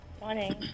Morning